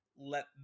let